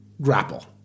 grapple